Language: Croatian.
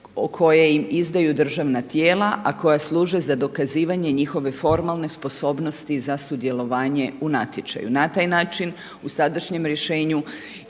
koje im izdaju državna tijela, a koja služe za dokazivanje njihove formalne sposobnosti za sudjelovanje u natječaju. Na taj način u sadašnjem rješenju